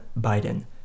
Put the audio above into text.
Biden